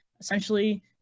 Essentially